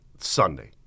Sunday